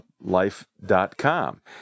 Life.com